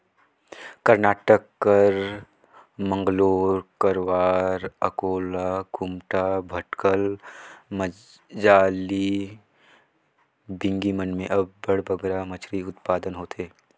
करनाटक कर मंगलोर, करवार, अकोला, कुमटा, भटकल, मजाली, बिंगी मन में अब्बड़ बगरा मछरी उत्पादन होथे